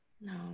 No